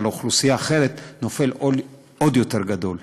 על אוכלוסייה אחרת נופל עול עוד יותר גדול.